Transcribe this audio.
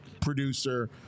producer